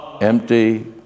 empty